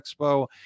Expo